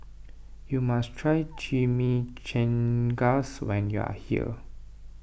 you must try Chimichangas when you are here